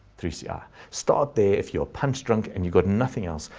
three ci, ah start there, if you're punch drunk, and you got nothing else,